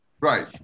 Right